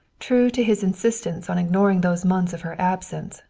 true to his insistence on ignoring those months of her absence,